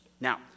Now